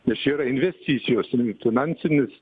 nes čia yra investicijos finansinės